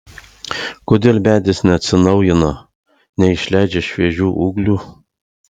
kodėl medis neatsinaujina neišleidžia šviežių ūglių